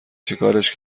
چیکارش